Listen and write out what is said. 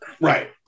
right